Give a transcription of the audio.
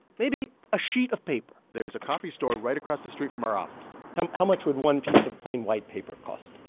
maybe a sheet of paper there's a copy store right across the street from our office how um how much would one piece of plain white paper cost?